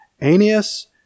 Aeneas